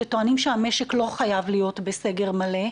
שטוענים שהמשק לא חייב להיות בסגר מלא,